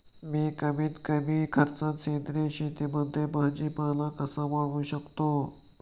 मी कमीत कमी खर्चात सेंद्रिय शेतीमध्ये भाजीपाला कसा वाढवू शकतो?